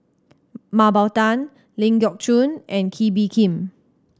Mah Bow Tan Ling Geok Choon and Kee Bee Khim